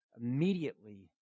Immediately